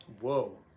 whoa